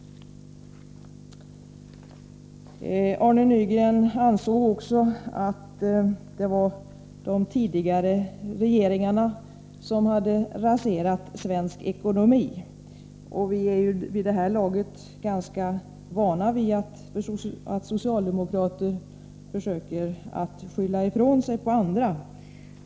Arne Nygren anser också att det var de tidigare regeringarna som raserade svensk ekonomi. Vi är vid det här laget ganska vana vid att socialdemokraterna försöker att skylla ifrån sig på andra.